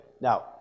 Now